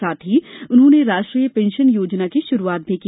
साथ ही उन्होंने राष्ट्रीय पेंशन योजना की शुरूआत भी की